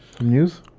news